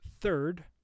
Third